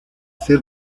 ser